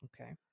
okay